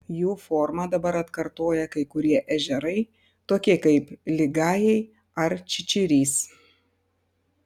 jų formą dabar atkartoja kai kurie ežerai tokie kaip ligajai ar čičirys